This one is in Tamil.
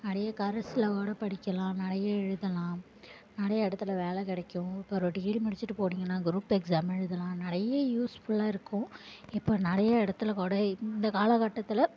நிறைய கரஸ்ஸில் கூட படிக்கலாம் நிறைய எழுதலாம் நிறைய இடத்துல வேலை கிடைக்கும் இப்போது ஒரு டிகிரி முடித்துட்டு போட்டிங்கனால் குரூப் எக்ஸாம் எழுதலாம் நிறைய யூஸ்ஃபுல்லாக இருக்கும் இப்போது நிறைய இடத்துல கூட இந்த காலகட்டத்தில்